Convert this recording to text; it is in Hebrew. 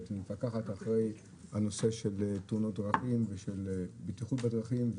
ומפקחת אחרי הנושא של תאונות דרכים ובטיחות בדרכים.